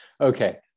okay